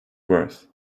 worth